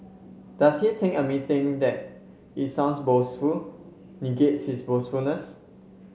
does he think admitting that it sounds boastful negates his boastfulness